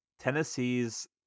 Tennessee's